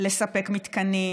לספק מתקנים,